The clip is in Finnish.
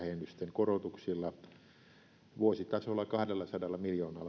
korotuksilla vuositasolla kahdellasadalla